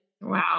Wow